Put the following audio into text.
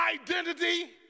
identity